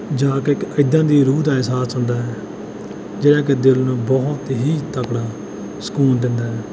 ਜਾ ਕੇ ਇੱਕ ਇੱਦਾਂ ਦੀ ਰੂਹ ਦਾ ਅਹਿਸਾਸ ਹੁੰਦਾ ਹੈ ਜਿਹੜਾ ਕਿ ਦਿਲ ਨੂੰ ਬਹੁਤ ਹੀ ਤਕੜਾ ਸਕੂਨ ਦਿੰਦਾ ਹੈ